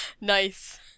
Nice